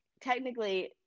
technically